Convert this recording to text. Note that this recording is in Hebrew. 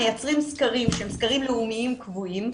מייצרים סקרים שהם סקרים לאומיים קבועים,